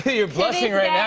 you're blushing right yeah